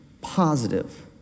positive